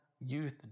youth